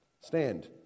stand